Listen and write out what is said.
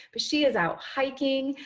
but she is out hiking.